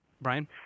Brian